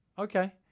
Okay